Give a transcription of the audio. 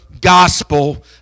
gospel